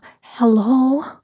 hello